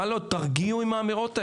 הלו, תרגיעו עם האמירות האלה.